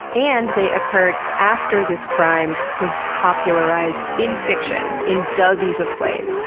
and they occurred after this crime was popularized in fiction in dozens of plays,